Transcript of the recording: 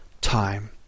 time